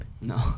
No